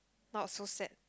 not so sad